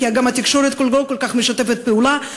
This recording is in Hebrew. כי גם התקשורת לא כל כך משתפת פעולה.